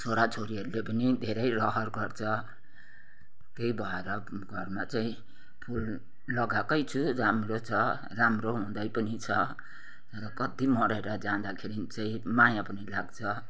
छोरा छोरीहरूले पनि धेरै रहर गर्छ त्यहीँ भएर घरमा चाहिँ फुल लगाएकै छु राम्रो छ राम्रै हुँदै पनि छ र कति मरेर जाँदाखेरि चाहिँ माया पनि लाग्छ